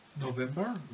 November